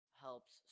helps